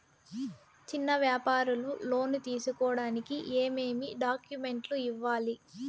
చిన్న వ్యాపారులు లోను తీసుకోడానికి ఏమేమి డాక్యుమెంట్లు ఇవ్వాలి?